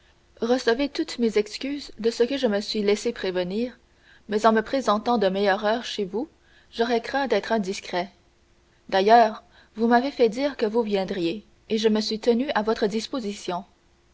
recevez toutes mes excuses de ce que je me suis laissé prévenir mais en me présentant de meilleure heure chez vous j'aurais craint d'être indiscret d'ailleurs vous m'avez fait dire que vous viendriez et je me suis tenu à votre disposition